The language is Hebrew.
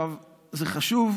זה חשוב,